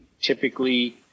typically